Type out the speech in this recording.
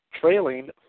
trailing